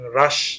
rush